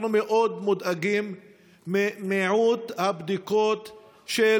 אנחנו מאוד מודאגים ממיעוט הבדיקות של